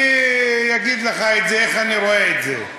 אני אגיד לך איך אני רואה את זה.